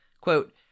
Quote